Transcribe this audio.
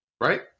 Right